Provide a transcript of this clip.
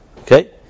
Okay